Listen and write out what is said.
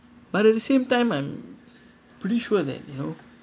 but at the same time I'm pretty sure that you know